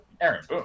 aaron